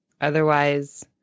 Otherwise